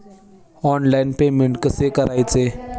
Online payment कसे करायचे?